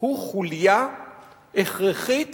הוא חוליה הכרחית